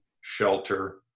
shelter